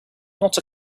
not